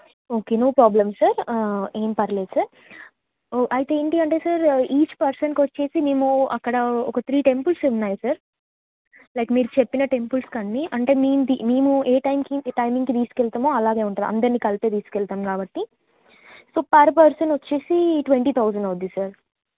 okay no problem sir ఏం పర్లేదు sir ఓ అయితే ఏంటి అంటే సార్ ఈచ్ పర్సన్కి వచ్చేసి మేము అక్కడ ఒక త్రీ టెంపుల్స్ ఉన్నాయి సార్ లైక్ మీరు చెప్పిన టెంపుల్స్కన్నీ అంటే మేము ది మేము ఏ టైంకి ఏ టైమింగ్కి తీసుకెళ్తామో అలానే ఉంటుంది అందర్నీ కలిపే తీసుకెళ్తాం కాబట్టి సో పర్ పర్సన్ వచ్చేసి ట్వంటీ తౌజండ్ అవుతుంది సార్